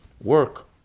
work